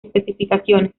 especificaciones